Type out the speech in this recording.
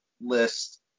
list